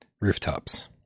Rooftops